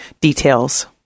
details